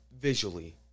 visually